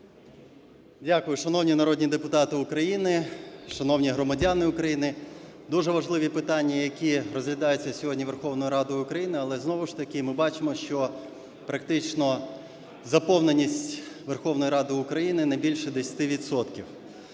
Дякую. Шановні народні депутати України, шановні громадяни України! Дуже важливі питання, які розглядаються сьогодні Верховною Радою України, але знову ж таки ми бачимо, що практично заповненість Верховної Ради України – не більше 10